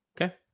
Okay